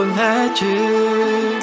magic